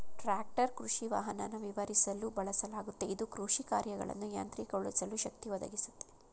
tractor ಕೃಷಿವಾಹನನ ವಿವರಿಸಲು ಬಳಸಲಾಗುತ್ತೆ ಇದು ಕೃಷಿಕಾರ್ಯಗಳನ್ನ ಯಾಂತ್ರಿಕಗೊಳಿಸಲು ಶಕ್ತಿ ಒದಗಿಸುತ್ತೆ